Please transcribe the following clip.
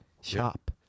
Shop